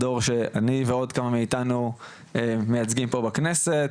הדור שאני ועוד כמה מאיתנו מייצגים פה בהכנסת,